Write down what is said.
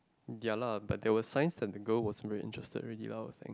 ya lah but there was signs that the girl was very interested already lah I think